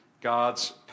God's